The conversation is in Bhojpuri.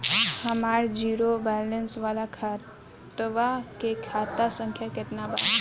हमार जीरो बैलेंस वाला खतवा के खाता संख्या केतना बा?